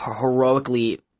heroically